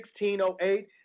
1608